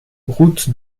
route